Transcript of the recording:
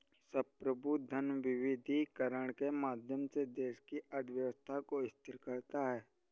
संप्रभु धन विविधीकरण के माध्यम से देश की अर्थव्यवस्था को स्थिर करता है